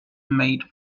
made